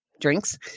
drinks